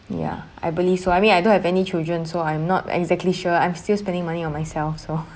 ya I believe so I mean I don't have any children so I'm not exactly sure I'm still spending money on myself so